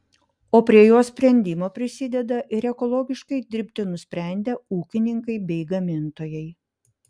o prie jos sprendimo prisideda ir ekologiškai dirbti nusprendę ūkininkai bei gamintojai